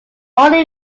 only